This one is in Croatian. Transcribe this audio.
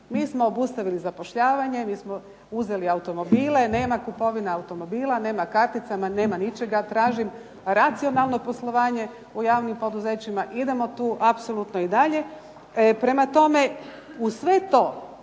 mi smo obustavili zapošljavanje, mi smo uzeli automobile, nema kupovine automobila, nema karticama, nema ničega. Tražim racionalno poslovanje u javnim poduzećima, idemo tu apsolutno i dalje. Prema tome, uz sve to